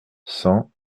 cent